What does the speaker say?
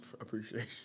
appreciation